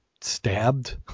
stabbed